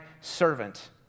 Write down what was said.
servant